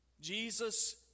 Jesus